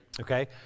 Okay